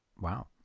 Wow